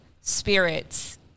spirits